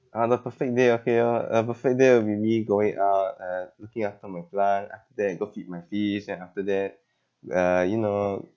ah the perfect day okay orh a perfect day will be me going out uh looking after my plant after that go feed my fish then after that uh you know